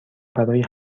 برای